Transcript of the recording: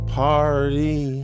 party